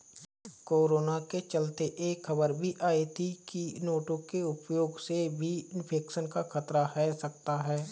corona के चलते यह खबर भी आई थी की नोटों के उपयोग से भी इन्फेक्शन का खतरा है सकता है